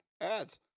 ads